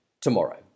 tomorrow